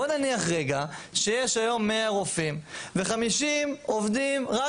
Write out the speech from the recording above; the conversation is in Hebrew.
בואי נניח רגע שיש היום 100 רופאים ו-50 עובדים רק